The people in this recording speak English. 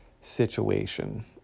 situation